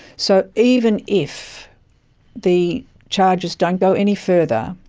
so even if the charges don't go any further,